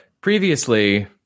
previously